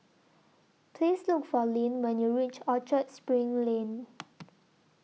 Please Look For Lyn when YOU REACH Orchard SPRING Lane